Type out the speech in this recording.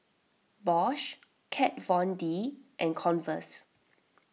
Bosch Kat Von D and Converse